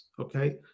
okay